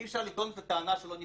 אי אפשר לטעון את הטענה שלא נבדקה.